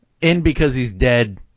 in-because-he's-dead